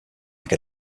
like